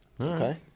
okay